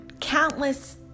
countless